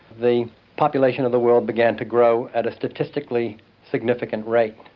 the population of the world began to grow at a statistically significant rate.